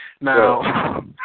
now